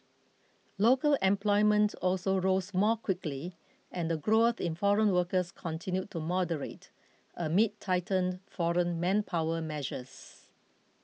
local employment also rose more quickly and the growth in foreign workers continued to moderate amid tightened foreign manpower measures